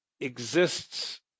exists